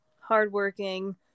hardworking